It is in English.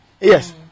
Yes